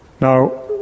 Now